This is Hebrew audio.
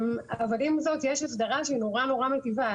אבל עם זאת יש הסדרה שהיא נורא נורא מיטיבה.